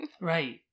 Right